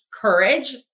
courage